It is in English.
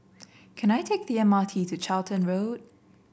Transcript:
can I take the M R T to Charlton Road